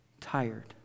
tired